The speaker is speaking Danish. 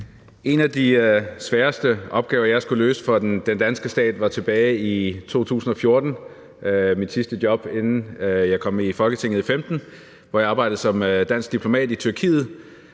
En af de sværeste opgaver, jeg har skullet løse for den danske stat, var tilbage i 2014 i mit sidste job, inden jeg kom i Folketinget i 2015. Jeg arbejdede som dansk diplomat i Tyrkiet,